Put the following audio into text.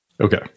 Okay